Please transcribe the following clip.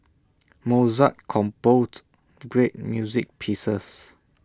Mozart composed great music pieces